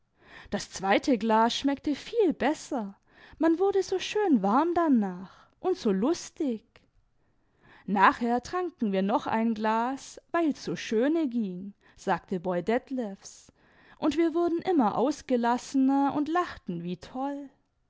das zweite glas schmeckte viel besser man wiirde so schön warm danach und so lustig nachher tranken wir noch ein glas weu's so schöne ging sagte boy detlefs md wir wurden immer ausgelassener und lachten wie toll